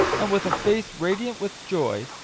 and, with a face radiant with joy,